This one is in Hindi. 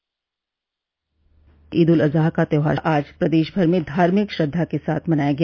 ईद उल अजहा का त्यौहार आज प्रदेश भर में धार्मिक श्रद्धा के साथ मनाया गया